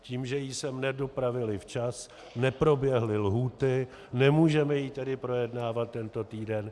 Tím, že ji sem nedopravili včas, neproběhly lhůty, nemůžeme ji tedy projednávat tento týden.